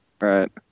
right